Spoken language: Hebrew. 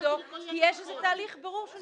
נגדו כי יש תהליך בירור שהוא נמצא בו.